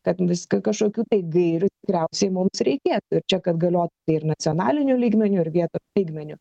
kad visgi kažkokių tai gairių tikriausiai mums reikėtų ir čia kad galiotų tai ir nacionaliniu lygmeniu ir vietos lygmeniu